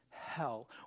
Hell